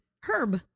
herb